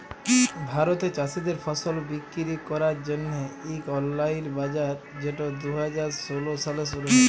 ভারতে চাষীদের ফসল বিক্কিরি ক্যরার জ্যনহে ইক অললাইল বাজার যেট দু হাজার ষোল সালে শুরু হ্যয়